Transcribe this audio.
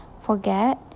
forget